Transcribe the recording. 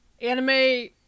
anime